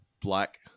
black